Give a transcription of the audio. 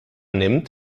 nimmt